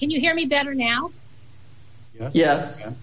can you hear me better now ye